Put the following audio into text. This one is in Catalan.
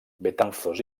betanzos